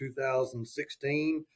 2016